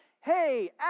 hey